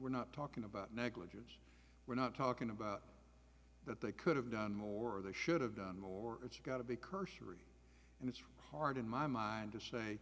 we're not talking about negligence we're not talking about that they could have done more they should have done more it's got to be cursory and it's hard in my mind to say